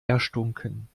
erstunken